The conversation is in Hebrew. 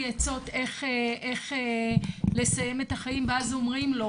עצות איך לסיים את החיים ואז אומרים לו,